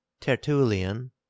Tertullian